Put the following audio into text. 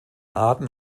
arten